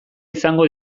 izango